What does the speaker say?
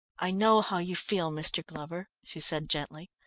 i know how you feel, mr. glover, she said gently.